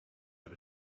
over